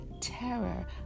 terror